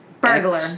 Burglar